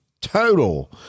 total